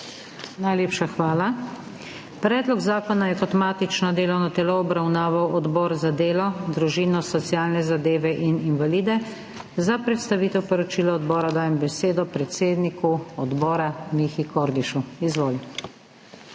Najlepša hvala. Predlog zakona je kot matično delovno telo obravnaval Odbor za delo, družino, socialne zadeve in invalide. Za predstavitev poročila odbora dajem besedo predsedniku odbora, Mihi Kordišu. Izvoli.